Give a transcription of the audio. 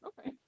Okay